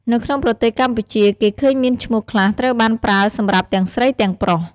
នៅក្នុងប្រទេសកម្ពុជា គេឃើញមានឈ្មោះខ្លះត្រូវបានប្រើសម្រាប់ទាំងស្រីទាំងប្រុស។